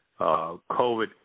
COVID